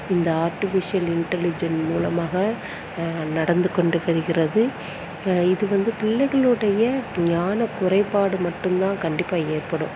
இந்த artificial intelligent மூலமாக நடந்து கொண்டு வருகிறது இது வந்து பிள்ளைகளுடைய ஞான குறைபாடு மட்டும்தான் கண்டிப்பாக ஏற்படும்